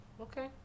Okay